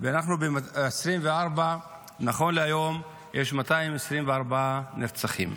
אנחנו ב-2024, נכון להיום 224 נרצחים.